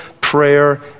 prayer